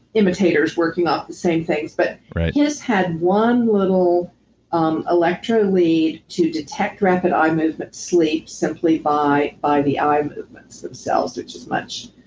imitators working off the same things. but his had one little um electro lead to detect rapid eye movement sleep simply by by the eye movements themselves, which is much.